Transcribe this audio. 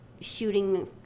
shooting